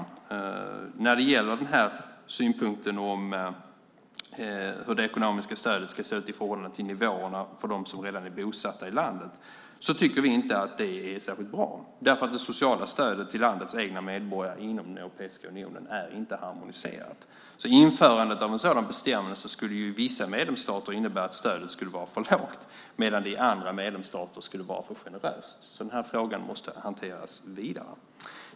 När det gäller synpunkten om hur det ekonomiska stödet ska se ut i förhållande till nivåerna för dem som redan är bosatta i landet tycker vi inte att det är särskilt bra därför att det sociala stödet till landets egna medborgare inom den europeiska unionen inte är harmoniserat. Införandet av en sådan bestämmelse skulle i vissa medlemsstater innebära att stödet skulle vara för lågt medan det i andra medlemsstater skulle vara för generöst. Den här frågan måste alltså hanteras vidare.